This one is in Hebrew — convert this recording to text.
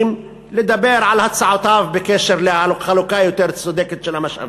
לדבר על הצעותיו בקשר לחלוקה יותר צודקת של המשאבים.